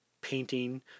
painting